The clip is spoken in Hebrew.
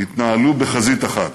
התנהלו בחזית אחת.